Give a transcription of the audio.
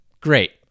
great